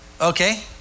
Okay